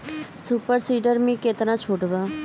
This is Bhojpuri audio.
सुपर सीडर मै कितना छुट बा?